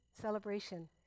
celebration